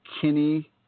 kinney